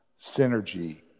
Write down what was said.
synergy